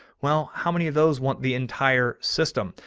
well, how many of those want the entire system?